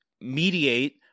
mediate